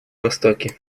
востоке